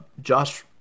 Josh